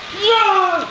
yeah.